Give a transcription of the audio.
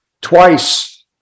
twice